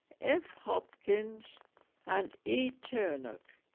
f hopkins and e turnock